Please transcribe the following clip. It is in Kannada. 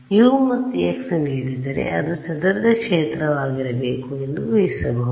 U ಮತ್ತು x ನೀಡಿದರೆ ಇದು ಚದುರಿದ ಕ್ಷೇತ್ರವಾಗಿರಬೇಕು ಎಂದು ಊಹಿಸಬಹುದು